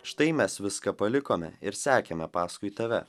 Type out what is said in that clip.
štai mes viską palikome ir sekėme paskui tave